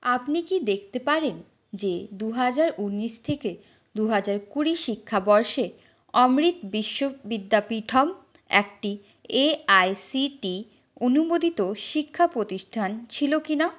আপনি কি দেখতে পারেন যে দু হাজার ঊনিশ থেকে দু হাজার কুড়ি শিক্ষাবর্ষে অমৃত বিশ্ব বিদ্যাপীঠম একটি এআইসিটি অনুমোদিত শিক্ষা প্রতিষ্ঠান ছিল কিনা